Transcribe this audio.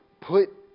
Put